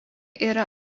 yra